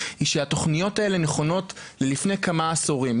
שהתוכניות האלה נכונות לפני כמה עשורים,